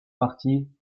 marty